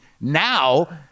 now